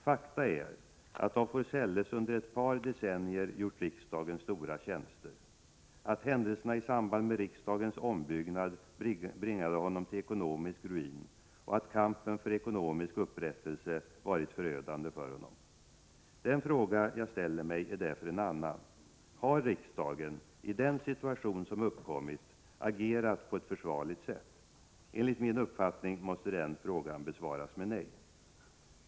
Fakta är att af Forselles under ett par decennier gjort riksdagen stora tjänster, att händelserna i samband med riksdagens ombyggnad bringade honom till ekonomisk ruin och att kampen för ekonomisk upprättelse varit förödande för honom. Den fråga jag ställer mig är därför en annan: Har riksdagen i den situation som uppkommit agerat på ett försvarligt sätt? Enligt min uppfattning måste den frågan besvaras med nej.